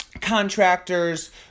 contractors